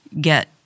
get